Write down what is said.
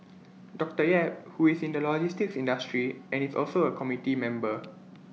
doctor yap who is in the logistics industry and is also A committee member